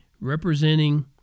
representing